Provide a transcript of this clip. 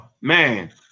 man